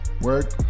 work